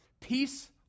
Peace